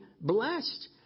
blessed